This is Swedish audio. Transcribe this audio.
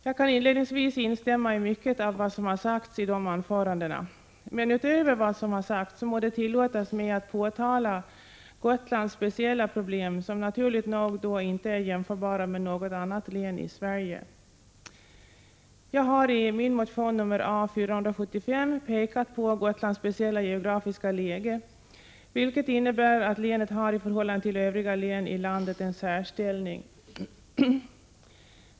Jag vill inledningsvis instämma i mycket av vad som har sagts i dessa anföranden, men det må tillåtas mig att utöver vad som sagts påtala Gotlands speciella problem, som naturligt nog inte är jämförbara med problemen i något annat län i Sverige. Jag har i min motion nr A475 pekat på Gotlands speciella geografiska läge, vilket innebär att länet har en särställning i förhållande till övriga län i landet.